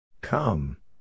Come